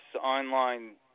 online